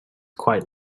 quite